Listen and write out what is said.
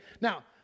Now